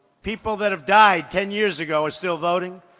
people that have died ten years ago are still voting.